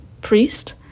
priest